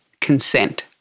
Consent